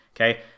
okay